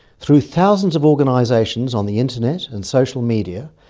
through thousands of organisations on the internet and social media,